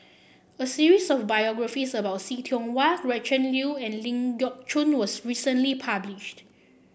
a series of biographies about See Tiong Wah Gretchen Liu and Ling Geok Choon was recently published